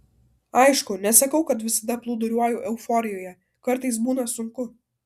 aišku nesakau kad visada plūduriuoju euforijoje kartais būna sunku